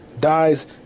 dies